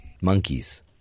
Monkeys